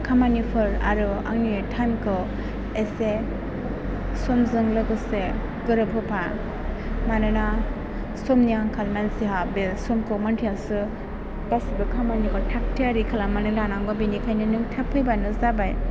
खामानिफोर आरो आंनि टाइमखौ एसे समजों लोगोसे गोरोब होफा मानोना समनि आंखालना जोंहा बे समखौ मोन्थियासो गासैबो खामानिखौ थागथियारि खालामनानै लानांगौ बिनिखायनो नों थाब फैबानो जाबाय